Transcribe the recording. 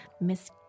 Miss